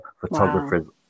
photographers